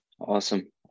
Awesome